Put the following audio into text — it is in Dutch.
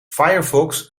firefox